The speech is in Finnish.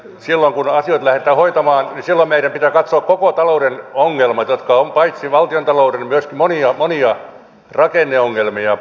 silloin kun asioita lähdetään hoitamaan meidän pitää katsoa koko talouden ongelmat ja on paitsi valtiontalouden ongelmia myöskin monia monia rakenneongelmia